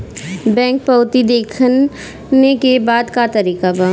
Bank पवती देखने के का तरीका बा?